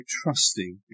trusting